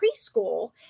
preschool